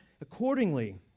accordingly